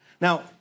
Now